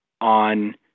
on